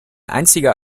einziger